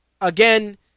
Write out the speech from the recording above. Again